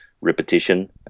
repetition